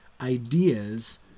ideas